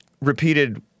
repeated